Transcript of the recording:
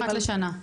אחת לשנה?